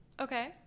Okay